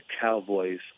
Cowboys